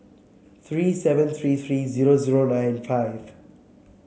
three seven three three zero zero nine five